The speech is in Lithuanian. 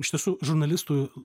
iš tiesų žurnalistui